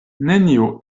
nenio